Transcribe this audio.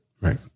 Right